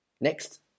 Next